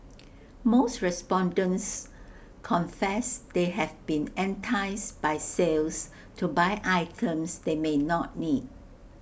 most respondents confess they have been enticed by sales to buy items they may not need